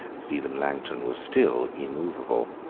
stephen langton was still immovable.